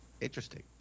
interesting